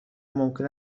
ممکن